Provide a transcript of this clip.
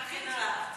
היה נורא כיף